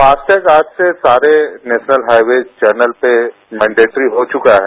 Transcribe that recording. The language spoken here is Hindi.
फास्टैग आज से सारे नेशनल हाइवेज चौनल पे मैंडेटरी हो चुका है